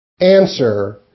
Answer